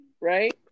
right